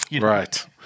Right